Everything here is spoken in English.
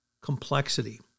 complexity